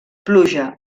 pluja